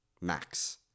max